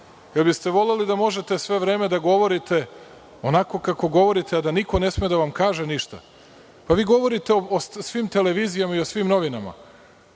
li biste voleli da možete sve vreme da govorite onako kako govorite, a da niko ne sme da vam kaže ništa? Pa, vi govorite o svim televizijama i o svim novinama.